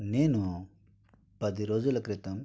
నేను పది రోజుల క్రితం